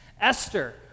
Esther